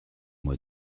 moi